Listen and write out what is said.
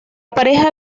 pareja